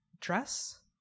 dress